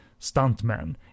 stuntman